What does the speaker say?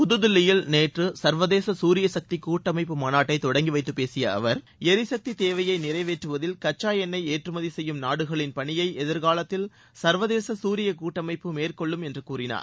புதுதில்லியில் நேற்று சர்வதேச சூரியசக்தி கூட்டமைப்பு மாநாட்டை தொடங்கிவைத்து பேசிய அவர் எரிசக்தி தேவையை நிறைவேற்றுவதில் கச்சா எண்ணெய் ஏற்றுமதி செய்யும் நாடுகளின் பணியை எதிர்காலத்தில் சர்வதேச சூரிய கூட்டமைப்பு மேற்கொள்ளும் என்று கூறினார்